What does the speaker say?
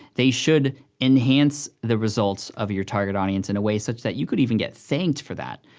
they should enhance the results of your target audience in a way such that you could even get thanked for that.